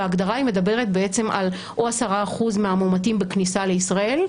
וההגדרה מדברת על או 10% מהמאומתים בכניסה לישראל,